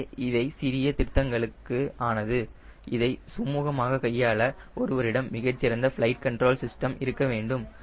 எனவே இவைகள் சிறிய திருத்தங்களுக்கு ஆனது இதை சுமூகமாக கையாள ஒருவரிடம் மிகச்சிறந்த பிளைட் கன்ட்ரோல் சிஸ்டம் இருக்க வேண்டும்